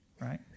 right